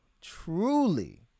truly